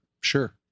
sure